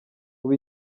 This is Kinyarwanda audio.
ubu